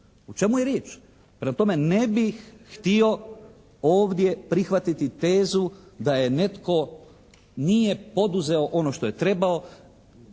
o čemu je riječ? Prema tome, ne bih htio ovdje prihvatiti tezu da je netko, nije poduzeo ono što je trebao